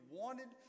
wanted